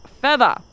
feather